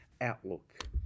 outlook